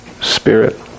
Spirit